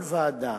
כל ועדה